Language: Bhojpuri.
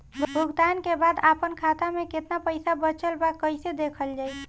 भुगतान के बाद आपन खाता में केतना पैसा बचल ब कइसे देखल जाइ?